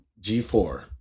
g4